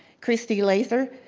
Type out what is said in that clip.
christy laser,